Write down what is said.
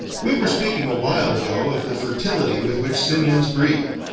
we were speaking a while ago of the fertility with which simians breed.